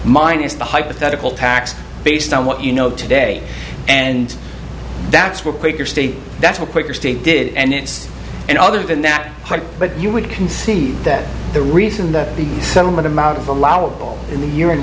the hypothetical tax based on what you know today and that's what quaker state that's what your state did and other than that but you would concede that the reason that the settlement amount of allowable in the